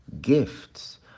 gifts